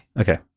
Okay